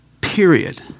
period